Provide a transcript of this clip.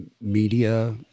media